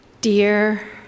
Dear